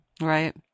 Right